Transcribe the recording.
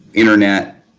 internet,